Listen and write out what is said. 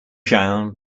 jeanne